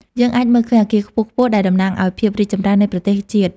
យើងអាចមើលឃើញអគារខ្ពស់ៗដែលតំណាងឱ្យភាពរីកចម្រើននៃប្រទេសជាតិ។